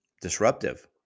Disruptive